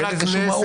אין לזה משמעות.